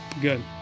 good